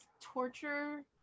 torture